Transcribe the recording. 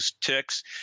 ticks